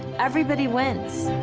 everybody wins.